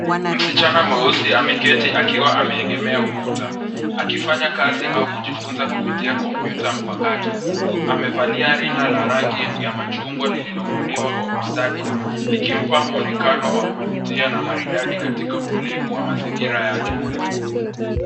Msichana mweusi ameketi akiwa ameegemea ukuta, akifanya kazi au kujifunza kupitia kompyuta mpakato. Amevalia rinda la rangi ya machungwa lililobuniwa kwa ustadi, likimpa muonekano wa kuvutia na maridadi katika utulivu wa mazingira yake.